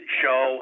show